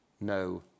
No